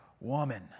woman